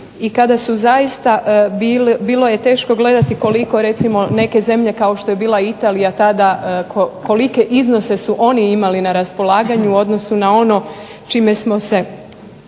i kada su zaista, bilo je teško gledati koliko recimo neke zemlje kao što je bila Italija tada kolike iznose su oni imali na raspolaganju u odnosu na ono čime smo se